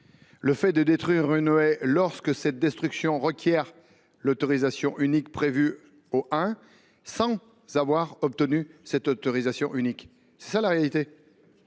« fait de détruire une haie, lorsque cette destruction requiert l’autorisation unique prévue au I, sans avoir obtenu cette autorisation unique ». Oui !